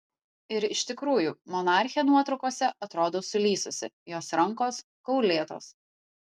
ir iš tikrųjų monarchė nuotraukose atrodo sulysusi jos rankos kaulėtos